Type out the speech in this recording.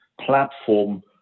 platform